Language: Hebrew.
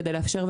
כדי לאפשר,